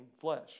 flesh